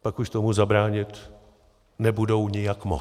Pak už tomu zabránit nebudou nijak moct.